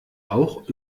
auch